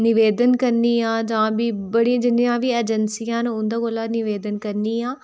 निवेदन करनी हा जां फिह् बडियां जिन्नियां बी ऐजंसियां ना उंदे कोला निवेदन करनी आं